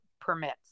permits